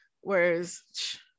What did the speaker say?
Whereas